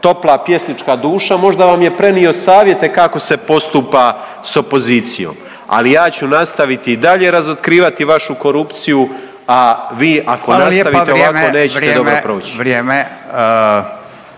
topla pjesnička duša možda vam je prenio savjete kako se postupa s opozicijom. Ali ja ću nastaviti i dalje razotkrivati vašu korupciju, a vi ako nastavite ovako …/Upadica: Hvala